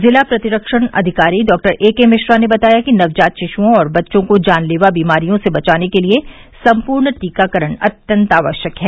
जिला प्रतिस्वण अधिकारी डॉ ए के मिश्रा ने बताया कि नवजात शिषुओं और बच्चों को जानलेवा बीमारियों से बचाने के लिए संपूर्ण दीकाकरण अत्यंत आवश्यक है